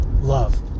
love